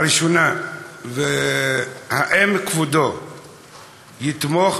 הראשונה, האם כבודו יתמוך